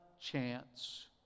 chance